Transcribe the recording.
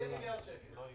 כמיליארד שקלים.